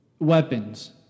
Weapons